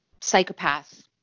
psychopath